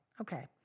Okay